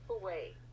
away